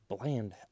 bland